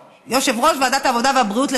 יושב-ראש ועדת העבודה והבריאות לשעבר,